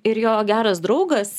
ir jo geras draugas